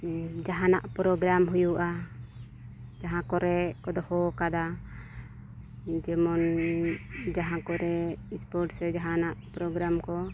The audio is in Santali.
ᱡᱟᱦᱟᱱᱟᱜ ᱯᱨᱳᱜᱨᱟᱢ ᱦᱩᱭᱩᱜᱼᱟ ᱡᱟᱦᱟᱸ ᱠᱚᱨᱮ ᱠᱚ ᱫᱚᱦᱚ ᱠᱟᱫᱟ ᱡᱮᱢᱚᱱ ᱡᱟᱦᱟᱸ ᱠᱚᱨᱮ ᱥᱯᱳᱨᱴ ᱥᱮ ᱡᱟᱦᱟᱱᱟᱜ ᱯᱨᱳᱜᱨᱟᱢ ᱠᱚ